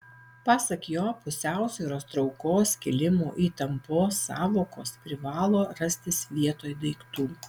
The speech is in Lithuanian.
pasak jo pusiausvyros traukos kilimo įtampos sąvokos privalo rastis vietoj daiktų